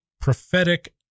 prophetic